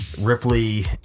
Ripley